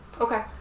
Okay